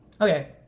Okay